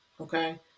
Okay